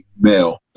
male